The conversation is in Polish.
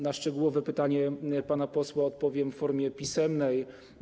Na szczegółowe pytanie pana posła odpowiem w formie pisemnej.